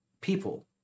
people